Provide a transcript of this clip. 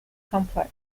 complex